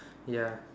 ya